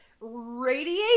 Radiate